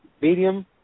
medium